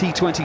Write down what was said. T20